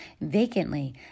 vacantly